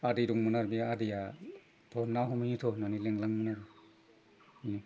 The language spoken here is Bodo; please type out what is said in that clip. आदै दंमोन आरो बे आदैया थौ ना हमहैनि थौ होननानै लेंलाङोमोन